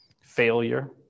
failure